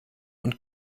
und